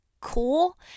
Cool